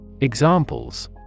Examples